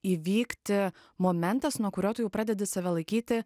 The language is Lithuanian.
įvykti momentas nuo kurio tu jau pradedi save laikyti